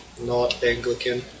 not-Anglican